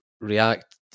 react